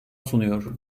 sunuyor